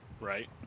Right